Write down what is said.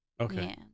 Okay